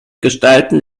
gestalten